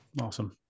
Awesome